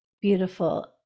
beautiful